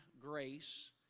Grace